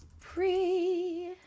Pre